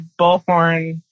Bullhorn